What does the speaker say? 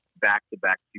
back-to-back